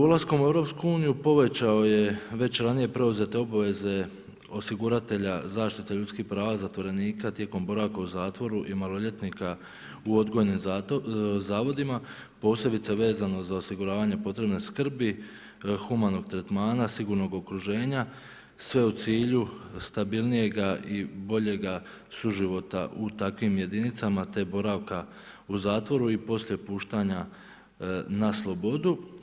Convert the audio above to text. Ulaskom u EU povećao je već ranije preuzete obveze osiguratelja zaštite prava zatvorenika tijekom boravka u zatvoru i maloljetnika u odgojnim zavodima posebice vezano za osiguravanje potrebne skrbi, humanog tretmana, sigurnog okruženja, sve u cilju stabilnijega i boljega suživota u takvim jedinicama te boravka u zatvoru i poslije puštanja na slobodu.